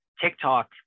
TikTok